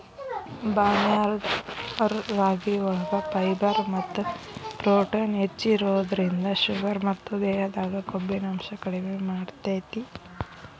barnyard ರಾಗಿಯೊಳಗ fibre ಮತ್ತ protein ಹೆಚ್ಚಿರೋದ್ರಿಂದ ಶುಗರ್ ಮತ್ತ ದೇಹದಾಗ ಕೊಬ್ಬಿನಾಂಶ ಕಡಿಮೆ ಮಾಡ್ತೆತಿ